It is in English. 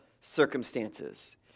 circumstances